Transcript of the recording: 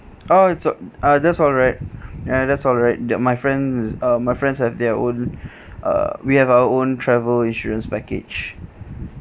oh it's al~ uh that's alright ya that's all right my friends uh my friends have their own uh we have our own travel insurance package